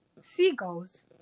Seagulls